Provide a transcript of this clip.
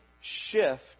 Shift